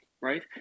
right